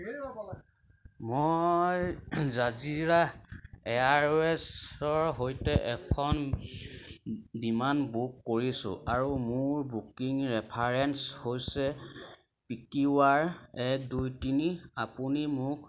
মই জাজিৰা এয়াৰৱে'জৰ সৈতে এখন বিমান বুক কৰিছোঁঁ আৰু মোৰ বুকিং ৰেফাৰেন্স হৈছে পি কিউ আৰ এক দুই তিনি আপুনি মোক